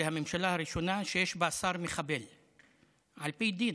זו הממשלה הראשונה שיש בה שר מחבל על פי דין,